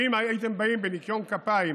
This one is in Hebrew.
אם הייתם באים בניקיון כפיים